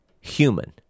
human